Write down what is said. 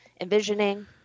envisioning